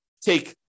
take